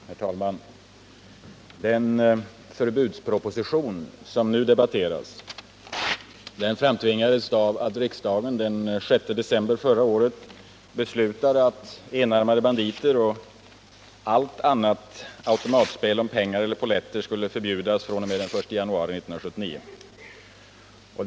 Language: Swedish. Herr talman! Den förbudsproposition som nu debatteras framtvingades av att riksdagen den 6 december förra året beslutade att enarmade banditer och allt annat automatspel om pengar eller polletter skulle förbjudas från den 1 januari 1979.